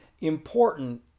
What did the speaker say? important